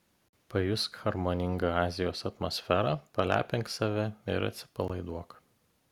pajusk harmoningą azijos atmosferą palepink save ir atsipalaiduok